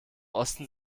osten